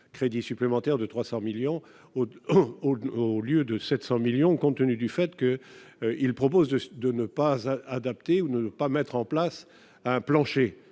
crédit supplémentaire de 300 millions au au au lieu de 700 millions compte tenu du fait que, il propose de de ne pas à adapter ou ne pas mettre en place un plancher